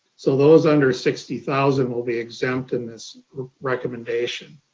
so those under sixty thousand will be exempt in this recommendation.